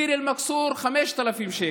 ביר אל-מכסור, 5,000 שקל,